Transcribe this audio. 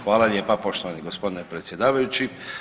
Hvala lijepa poštovani gospodine predsjedavajući.